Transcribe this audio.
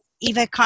Eva